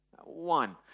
One